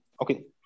okay